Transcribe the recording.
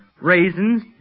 raisins